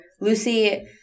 Lucy